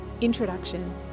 Introduction